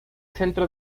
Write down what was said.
centro